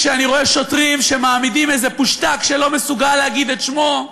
כשאני רואה שוטרים שמעמידים איזה פושטק שלא מסוגל להגיד את שמו,